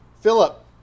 Philip